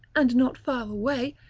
and not far away,